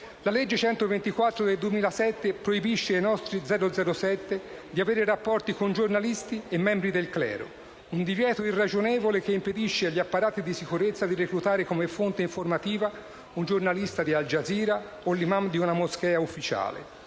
La legge n. 124 del 2007 proibisce ai nostri 007 di avere rapporti con giornalisti e membri del clero. Un divieto irragionevole che impedisce agli apparati di sicurezza di reclutare come fonte informativa un giornalista di Al Jazeera o l'*imam* di una moschea ufficiale.